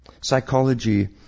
Psychology